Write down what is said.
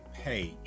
Page